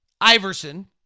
Iverson